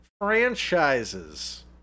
franchises